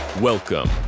Welcome